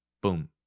Boom